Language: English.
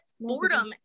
Boredom